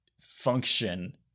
function